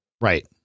Right